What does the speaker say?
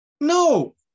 no